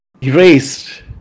Erased